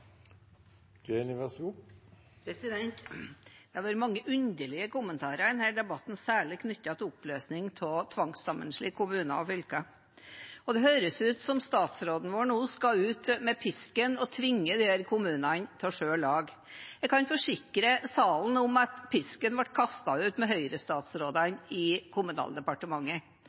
Det har vært mange underlige kommentarer i denne debatten, særlig knyttet til oppløsning av tvangssammenslåtte kommuner og fylker, og det høres ut som statsråden vår nå skal ut med pisken og tvinge disse kommunene til å skille lag. Jeg kan forsikre salen om at pisken ble kastet ut med Høyre-statsrådene i